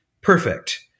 perfect